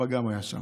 גם אבא היה שם.